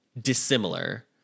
dissimilar